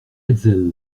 hetzel